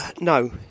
No